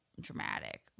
dramatic